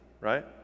right